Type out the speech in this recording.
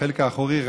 בחלק האחורי,